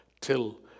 till